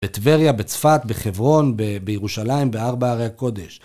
בטבריה, בצפת, בחברון, בירושלים, בארבע ערי הקודש.